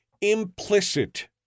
implicit